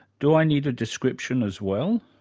do i need a description as well,